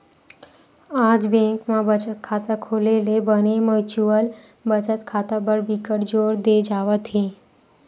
आज बेंक म बचत खाता खोले ले बने म्युचुअल बचत खाता बर बिकट जोर दे जावत हे